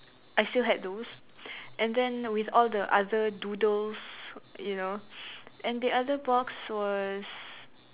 I still had those and then with all the other doodles you know and the other box was